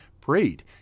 prayed